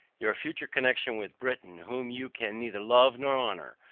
your future connection with britain, whom you can neither love nor honour,